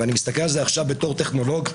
ואני מסתכל על זה עכשיו בתור טכנולוג,